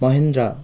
Mahindra